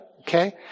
Okay